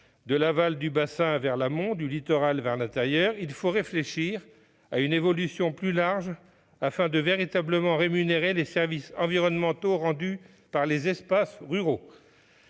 de l'aval du bassin vers l'amont, du littoral vers l'intérieur, il faut réfléchir à une évolution plus large afin de véritablement rémunérer les services environnementaux rendus par les espaces ruraux.